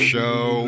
Show